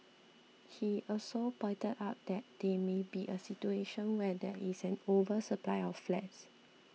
he also pointed out that there may be a situation where there is an oversupply of flats